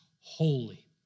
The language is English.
holy